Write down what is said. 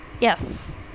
Yes